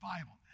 Bible